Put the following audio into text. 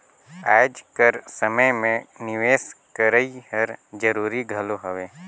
आएज कर समे में निवेस करई हर जरूरी घलो हवे